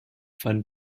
von